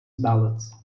ballads